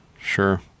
Sure